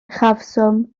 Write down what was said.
uchafswm